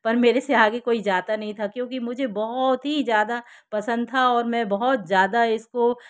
पर मेरे से आगे कोई जाता नहीं था क्योंकि मुझे बहुत ही ज्यादा पसंद था और मैं बहुत ज़्यादा इसको